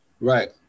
Right